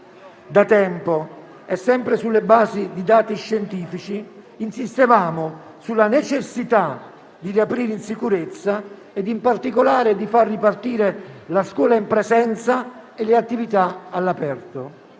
Da tempo, e sempre sulla base di dati scientifici, insistevamo sulla necessità di riaprire in sicurezza ed in particolare di far ripartire la scuola in presenza e le attività all'aperto.